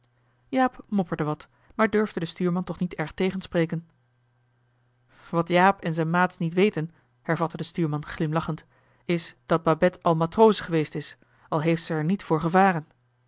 jaap mopperde wat maar durfde den stuurman toch niet erg tegenspreken wat jaap en zijn maats niet weten hervatte de stuurman glimlachend is dat babette al matroos geweest is al heeft ze er niet voor gevaren